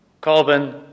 carbon